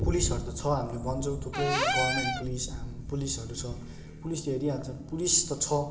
पुलिसहरू त छ हामीले भन्छौँ थुप्रै गर्मेन्ट पुलिस आम पुलिसहरू छ पुलिसले हेरिहाल्छ पुलिस त छ